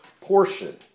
portion